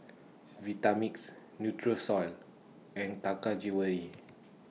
Vitamix Nutrisoy and Taka Jewelry